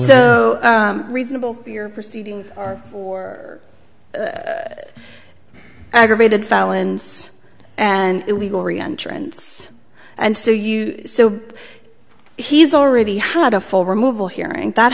so reasonable your proceedings are aggravated felons and illegal reinsurance and so you so he's already had a full removal hearing that